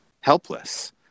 helpless